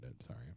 Sorry